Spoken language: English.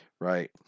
right